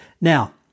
Now